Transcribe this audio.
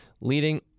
leading